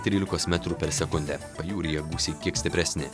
trylikos metrų per sekundę pajūryje gūsiai kiek stipresni